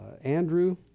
Andrew